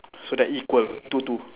so they're equal two two